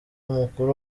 umukuru